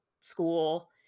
school